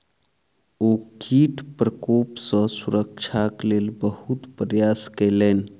ओ कीट प्रकोप सॅ सुरक्षाक लेल बहुत प्रयास केलैन